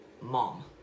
mom